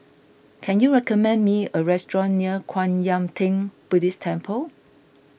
can you recommend me a restaurant near Kwan Yam theng Buddhist Temple